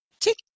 tick